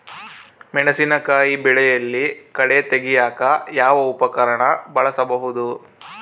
ಮೆಣಸಿನಕಾಯಿ ಬೆಳೆಯಲ್ಲಿ ಕಳೆ ತೆಗಿಯಾಕ ಯಾವ ಉಪಕರಣ ಬಳಸಬಹುದು?